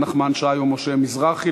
נחמן שי ומשה מזרחי,